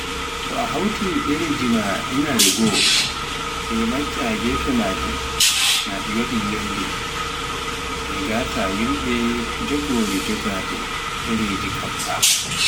Soo a hawti ɗereji maa inaare goo, sai matcha gefe maaje naa a waɗi yolnde, si ngata ƴulɓe njogori jogaade ɗereji kaɓɓa.